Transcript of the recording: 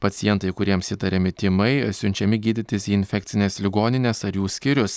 pacientai kuriems įtariami tymai siunčiami gydytis į infekcines ligonines ar jų skyrius